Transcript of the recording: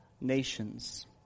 nations